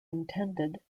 intended